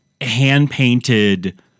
hand-painted